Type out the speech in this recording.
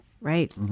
right